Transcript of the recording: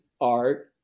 art